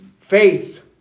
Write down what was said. Faith